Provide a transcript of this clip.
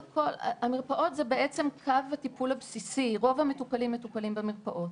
המרפאות הן בעצם קו הטיפול הבסיסי ורוב המטופלים מטופלים במרפאות.